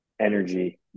energy